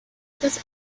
ellas